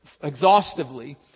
exhaustively